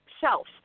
self